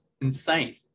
insane